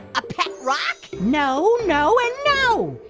a pet rock? no, no, and no.